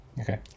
okay